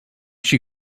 she